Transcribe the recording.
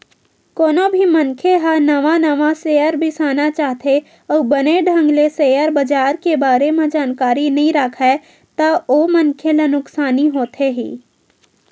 कोनो भी मनखे ह नवा नवा सेयर बिसाना चाहथे अउ बने ढंग ले सेयर बजार के बारे म जानकारी नइ राखय ता ओ मनखे ला नुकसानी होथे ही